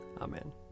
Amen